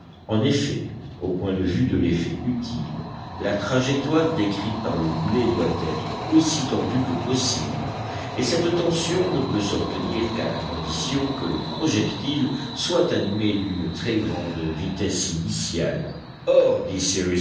en effet au point de vue de l'effet utile la trajectoire décrite par le boulet doit être aussi tendue que possible et cette tension ne peut s'obtenir qu'à la condition que le projectile soit animé d'une très grande vitesse initiale or